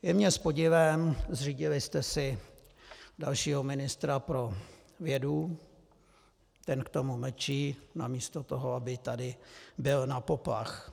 Je mi s podivem, zřídili jste si dalšího ministra pro vědu, ten k tomu mlčí namísto toho, aby tady bil na poplach.